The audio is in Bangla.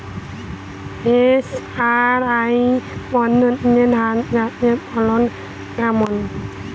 এস.আর.আই পদ্ধতিতে ধান চাষের ফলন কেমন?